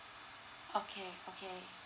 okay okay